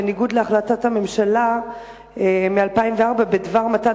בניגוד להחלטת הממשלה מ-2004 בדבר מתן